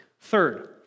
Third